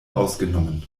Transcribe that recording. ausgenommen